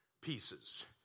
pieces